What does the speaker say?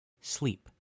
sleep